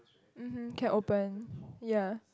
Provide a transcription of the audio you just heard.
mmhmm can open ya